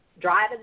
Driving